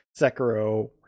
zekiro